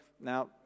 Now